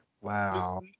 Wow